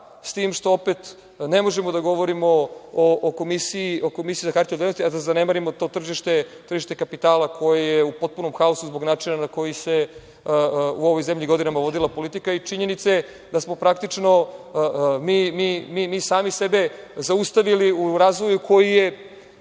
S tim što opet ne možemo da govorimo o Komisiji za hartije od vrednosti, a da zanemarimo to tržište kapitala koje je u potpunom haosu zbog načina na koji se u ovoj zemlji godinama vodila politika i činjenice da smo praktično sami sebe zaustavili u razvoju koji je